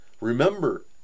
Remember